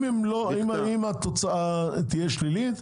אם התוצאה תהיה שלילית,